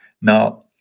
Now